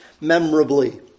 memorably